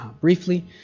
briefly